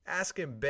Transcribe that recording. asking